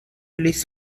لیس